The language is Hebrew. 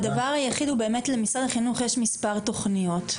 הדבר החשוב באמת הוא שלמשרד החינוך יש כבר מספר לא מבוטל של תוכניות,